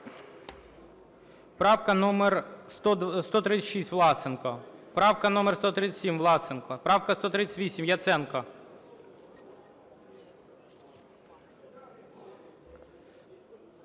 Правка номер 136, Власенко. Правка номер 137, Власенко. Правка 138, Яценко.